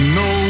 no